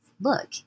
look